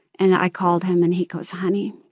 and i called him and he goes, honey,